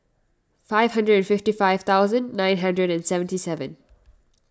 five hundred and fifty five thousand nine hundred and seventy seven